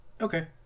Okay